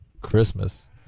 Christmas